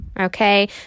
Okay